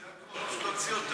להוציא, זה הכול.